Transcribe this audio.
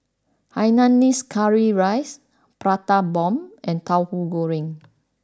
Hainanese Curry Rice Prata Bomb and Tauhu Goreng